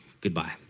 goodbye